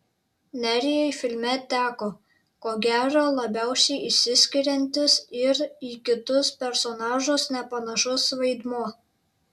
nerijui filme teko ko gero labiausiai išsiskiriantis ir į kitus personažus nepanašus vaidmuo